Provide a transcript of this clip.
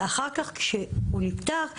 כשהוא נפטר אחר כך,